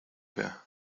bear